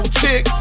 chick